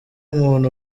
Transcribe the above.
muntu